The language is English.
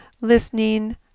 listening